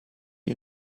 you